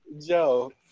Joe